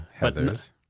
Heathers